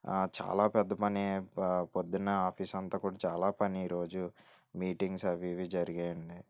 చాలా పెద్ద పని పొద్దున ఆఫీస్ అంతా కూడా చాలా పని ఈ రోజు మీటింగ్స్ అవి ఇవి జరిగాయి అండి